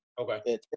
Okay